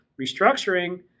Restructuring